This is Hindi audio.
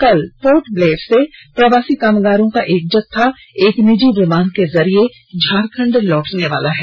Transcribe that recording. कल पोर्ट ब्लेयर से प्रवासी कामगारों का एक जत्था एक निजी विमान के जरिये झारखण्ड लौटने वाला है